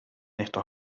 estos